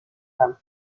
them